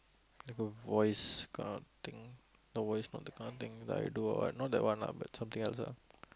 like a voice kind of thing the voice not that kind of thing like do or what not that one lah but something else ah